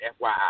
FYI